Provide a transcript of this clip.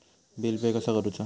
Bill pay कसा करुचा?